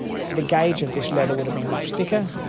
so the gauge of this leather would have been much thicker.